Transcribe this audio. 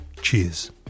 Cheers